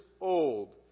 old